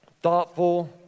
thoughtful